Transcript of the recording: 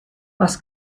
was